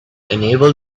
unable